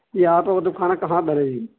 یہ آپ کا کتب خانہ کہاں پر ہے جی